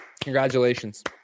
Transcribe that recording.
Congratulations